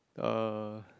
uh